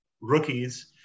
rookies